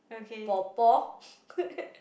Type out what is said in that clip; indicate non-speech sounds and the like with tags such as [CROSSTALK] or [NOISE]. paw paw [LAUGHS]